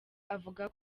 avuga